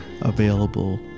available